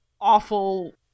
awful